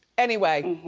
anyway,